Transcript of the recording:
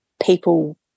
people